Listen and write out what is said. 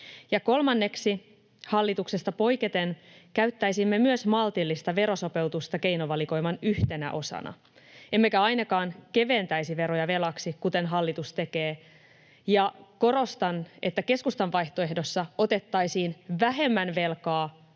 Kolmanneksi, hallituksesta poiketen käyttäisimme myös maltillista verosopeutusta keinovalikoiman yhtenä osana emmekä ainakaan keventäisi veroja velaksi, kuten hallitus tekee. Ja korostan, että keskustan vaihtoehdossa otettaisiin vähemmän velkaa